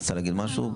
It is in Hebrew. רוצה להגיד משהו?